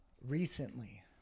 Recently